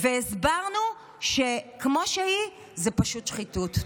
והסברנו שכמו שהיא זו פשוט שחיתות.